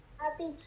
Happy